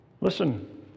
Listen